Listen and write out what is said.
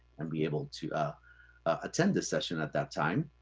and be able to ah attend this session at that time.